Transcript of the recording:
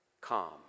calm